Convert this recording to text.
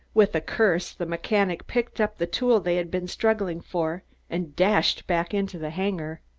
with a curse, the mechanic picked up the tool they had been struggling for and dashed back into the hangar.